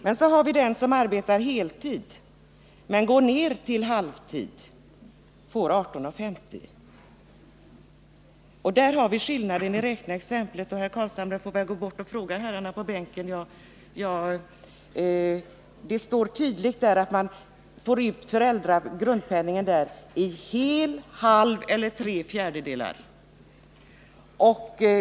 Men den som arbetar heltid och går ned till halvtid får 18:50 kr. om dagen. Där har vi skillnaden i räkneexemplet. Herr Carlshamre får fråga herrarna på bänken. Det står i paragrafen tydligt att man får ut föräldrapenningen med ett belopp som motsvarar hel, halv eller fjärdedels garantinivå.